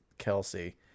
Kelsey